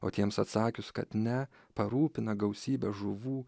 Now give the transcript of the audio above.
o tiems atsakius kad ne parūpina gausybę žuvų